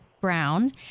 Brown